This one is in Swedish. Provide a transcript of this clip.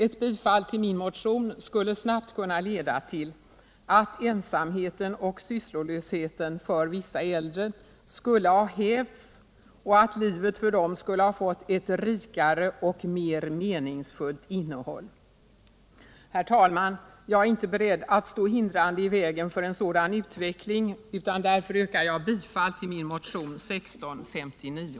Ett bifall till min motion skulle snabbt kunna leda till att ensamheten och sysslolösheten för vissa äldre kunde ha hävts och att livet för dem skulle ha fått ett rikare och mer meningsfullt innehåll. Herr talman! Jag är inte beredd att stå hindrande i vägen för en sådan utveckling, och därför yrkar jag bifall till min motion 1659.